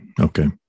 okay